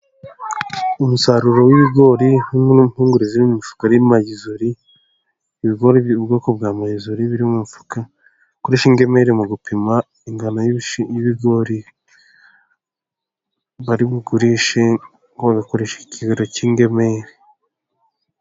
Umusaruro w'ibigori hamwe n'impungure ziri mu mifuka bya marizori ibigori by'ubwoko bwa marizori. Birimo mu mifuka. Bakoresha ingemeri mu gupima ingano y'ibigori bari bugurishe ngo bagakoresha ikigero cy'ingemeri.